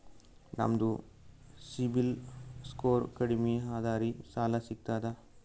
ನಮ್ದು ಸಿಬಿಲ್ ಸ್ಕೋರ್ ಕಡಿಮಿ ಅದರಿ ಸಾಲಾ ಸಿಗ್ತದ?